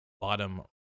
bottom